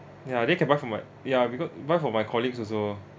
ya then can buy for my ya becau~ buy for my colleagues also